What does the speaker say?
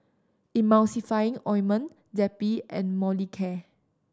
Emulsying Ointment Zappy and Molicare